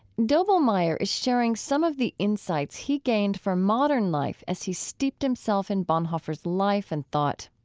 doblmeier is sharing some of the insights he gained from modern life as he steeped himself in bonhoeffer's life and thought.